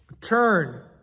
turn